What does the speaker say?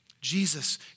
Jesus